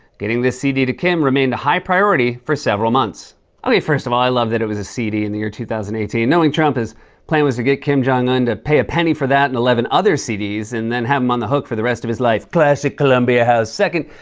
getting this cd to kim remained a high priority for several months okay. first of all, i love that it was a cd in the year two thousand and eighteen. knowing trump, his plan was to get kim jong-un to pay a penny for that and eleven other cds and then have him on the hook for the rest of his life. classic, columbia house. second,